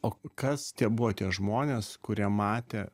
o kas tie buvo tie žmonės kurie matė